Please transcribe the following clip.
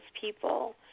people